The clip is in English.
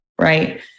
right